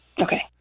Okay